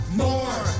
more